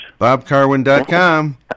Bobcarwin.com